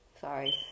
Sorry